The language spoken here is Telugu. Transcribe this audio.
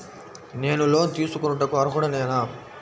నేను లోన్ తీసుకొనుటకు అర్హుడనేన?